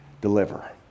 deliver